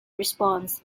response